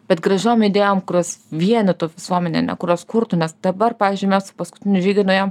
bet gražiom idėjom kurios vienytų visuomenę kurios kurtų nes dabar pavyzdžiui mes į paskutinį žygį nuėjom